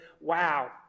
wow